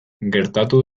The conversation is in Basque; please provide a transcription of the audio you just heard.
gertatu